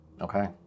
Okay